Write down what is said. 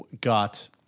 got